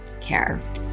care